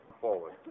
Forward